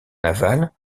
navales